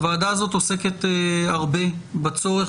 הוועדה הזאת עוסקת הרבה בצורך,